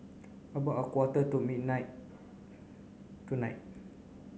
about a quarter to midnight tonight